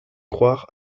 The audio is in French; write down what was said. croire